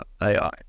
AI